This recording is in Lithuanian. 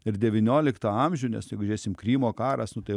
ir devynioliktą amžių nes jeigu žiūrėsim krymo karas tai